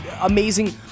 Amazing